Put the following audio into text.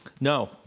No